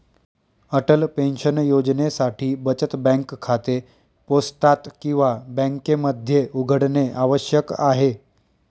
Atal pension योजनेसाठी बचत bank खाते पोस्टात किंवा बँकेमध्ये उघडणे आवश्यक आहे